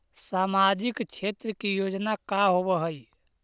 सामाजिक क्षेत्र के योजना का होव हइ?